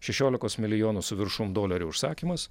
šešiolikos milijonų su viršum dolerių užsakymas